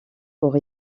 pour